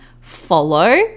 follow